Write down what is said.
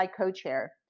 co-chair